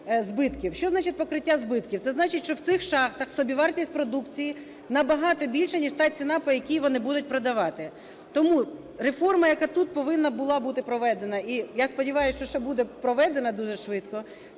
Що значить "покриття збитків"? Це значить, що в цих шахтах собівартість продукції набагато більша, ніж та ціна, по якій вони будуть продавати. Тому реформа, яка тут повинна була бути проведена, і я сподіваюсь, що ще буде проведена дуже швидко,